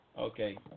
Okay